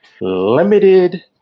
limited